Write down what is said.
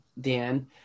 Dan